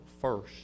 first